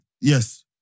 Yes